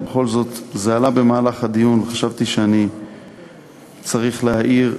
אבל בכל זאת זה עלה בדיון וחשבתי שאני צריך להעיר: